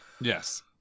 Yes